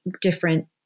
different